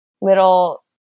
little